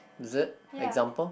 is it example